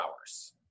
hours